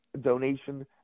donation